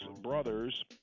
brothers